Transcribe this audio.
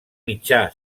mitjà